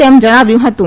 તેમ જણાવ્યું હતું